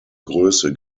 größe